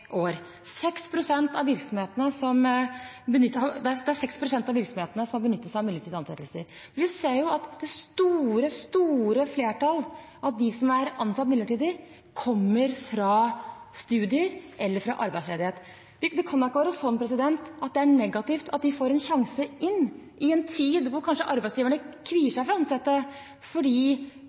Det er 6 pst. av virksomhetene som har benyttet seg av midlertidige ansettelser. Vi ser at det store flertallet av dem som er ansatt midlertidig, kommer fra studier eller arbeidsledighet. Det kan jo ikke være negativt at de får en sjanse inn i arbeidslivet, i en tid da arbeidsgiverne kanskje kvier seg for å ansette fordi